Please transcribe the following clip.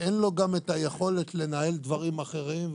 אין לו גם את היכולת לנהל דברים אחרים,